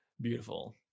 Beautiful